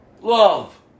Love